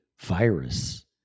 virus